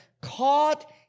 caught